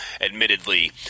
admittedly